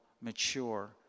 mature